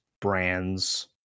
brands